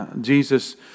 Jesus